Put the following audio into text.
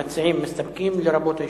המציעים מסתפקים, לרבות היושב-ראש.